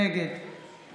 נגד ענבר בזק, בעד חיים